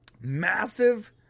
massive